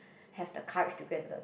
have the courage to go and learn